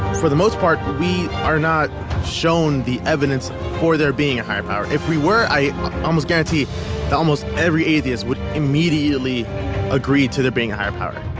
for the most part, we are not shown the evidence for there being a higher power. if we were, i almost guarantee that almost every atheist would immediately agree to there being a higher power.